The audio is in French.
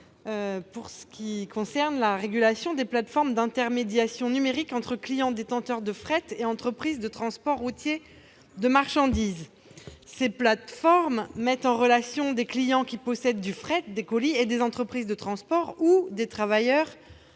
pour ce qui concerne la régulation des plateformes d'intermédiation numérique entre clients détenteurs de fret et entreprises de transport routier de marchandises. Ces plateformes mettent en relation des clients qui possèdent des colis à transporter et des entreprises de transport ou des travailleurs